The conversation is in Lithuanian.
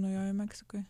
naujojoj meksikoj